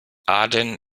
aden